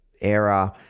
error